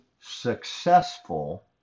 successful